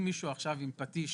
אם מישהו תקע מסמר עם פטיש